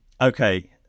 Okay